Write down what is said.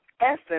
Essence